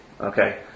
Okay